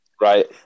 Right